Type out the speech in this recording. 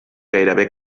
gairebé